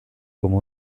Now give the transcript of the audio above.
como